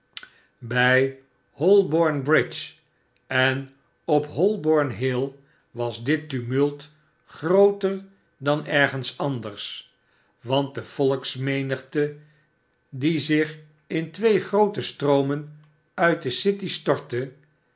bij holborn bridge en op holborn-hill was dit tumult grooter dan ergens anders want de volksmenigte die zich in twee groote stroomen uit de city stortte